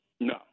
No